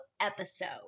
episode